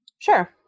Sure